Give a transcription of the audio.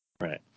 Right